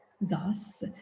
thus